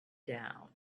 down